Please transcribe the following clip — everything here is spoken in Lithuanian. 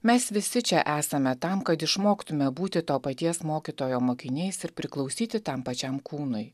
mes visi čia esame tam kad išmoktume būti to paties mokytojo mokiniais ir priklausyti tam pačiam kūnui